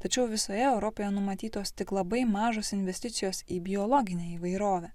tačiau visoje europoje numatytos tik labai mažos investicijos į biologinę įvairovę